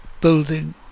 building